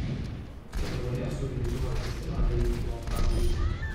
lietuvoje sugrįžimo festivaliai jau buvo praūžę